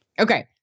Okay